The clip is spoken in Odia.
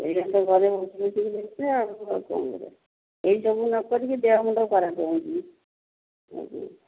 ଏଇନେ ତ ଘରେ ବସିକି ଦେଖିବା ଆଉ କ'ଣ କରିବା ଏଇସବୁ ନ କରିକି ଦେହ ମୁଣ୍ଡ ଖରାପ ହେଉଛି